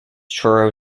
truro